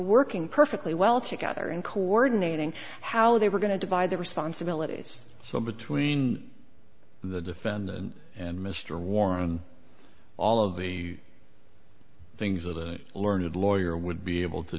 working perfectly well together and coordinating how they were going to divide the responsibilities so between the defendant and mr warren all of the things that i learned lawyer would be able to